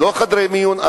אם לא חדרי מיון,